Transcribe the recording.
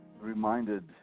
reminded